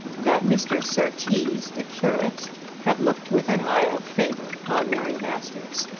that mr. surtees the curate had looked with an eye of favour on mary masters.